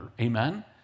Amen